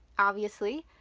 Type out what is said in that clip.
obviously.